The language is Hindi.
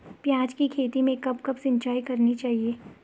प्याज़ की खेती में कब कब सिंचाई करनी चाहिये?